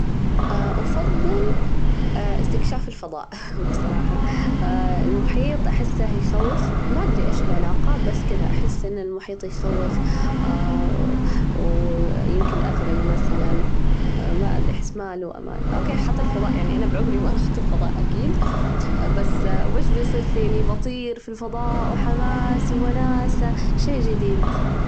أفضل استكشاف الفضاء بصراحة، المحيط أحسه يخوف، ما أدري إيش العلاقة، بس كذا أحس أن المحيط يخوف، ويمكن أغرج مثلًا، ما أدري، أحس ما له أمان، أوكي، حتى الفضاء يعني أنا عمري ما رحت الفضاء أكيد، بس وش بيصير فيني؟ بطير في الفضاء وحماس ووناسة، شيء جديد!